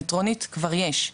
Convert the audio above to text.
מטרונית כבר יש,